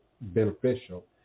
beneficial